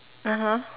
(uh huh)